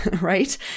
right